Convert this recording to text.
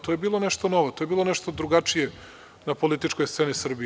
To je bilo nešto novo, to je bilo nešto drugačije na političkoj sceni Srbije.